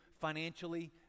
financially